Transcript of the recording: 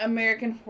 American